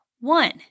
one